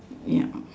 ya